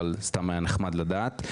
אבל סתם היה נחמד לדעת.